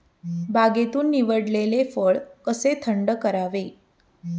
बागेतून निवडलेले फळ कसे थंड करावे?